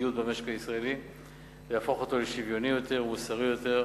הריכוזיות במשק הישראלי ויהפוך אותו לשוויוני יותר ומוסרי יותר.